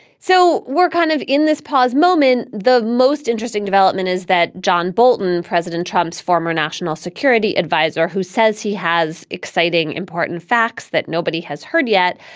so we're kind of in this pause moment. the most interesting development is that john bolton, president trump's former national security adviser, who says he has exciting, important facts that nobody has heard yet,